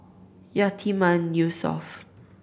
Yatiman Yusof